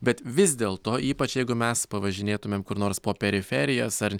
bet vis dėlto ypač jeigu mes pavažinėtumėm kur nors po periferijas ar